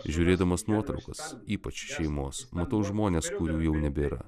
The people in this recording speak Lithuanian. žiūrėdamas nuotraukas ypač šeimos matau žmones kurių jau nebėra